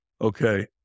okay